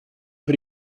per